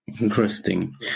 Interesting